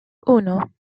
uno